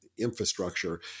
infrastructure